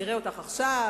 נראה אותך עכשיו,